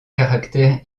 caractère